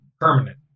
permanent